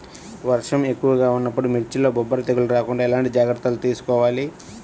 వర్షం ఎక్కువగా ఉన్నప్పుడు మిర్చిలో బొబ్బర తెగులు రాకుండా ఎలాంటి జాగ్రత్తలు తీసుకోవాలి?